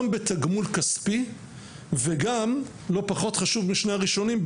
גם בתגמול כספי וגם לא פחות חשוב משני הראשונים,